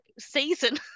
season